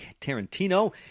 Tarantino